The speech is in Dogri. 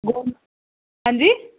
अंजी